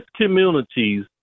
communities